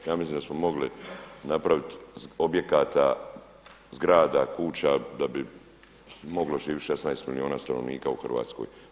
Ja mislim da smo mogli napraviti objekata, zgrada, kuća da bi moglo živjeti 16 milijuna stanovnika u Hrvatskoj.